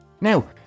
Now